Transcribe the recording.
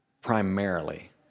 primarily